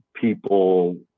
people